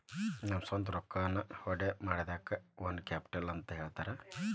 ನಮ್ದ ಸ್ವಂತ್ ರೊಕ್ಕಾನ ಹೊಡ್ಕಿಮಾಡಿದಕ್ಕ ಓನ್ ಕ್ಯಾಪಿಟಲ್ ಅಂತ್ ಹೇಳ್ತಾರ